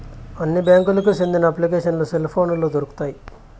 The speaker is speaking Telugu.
అన్ని బ్యాంకులకి సెందిన అప్లికేషన్లు సెల్ పోనులో దొరుకుతాయి